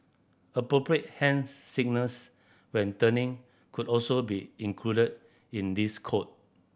appropriate hand signals when turning could also be included in this code